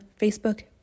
Facebook